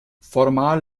formal